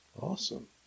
Awesome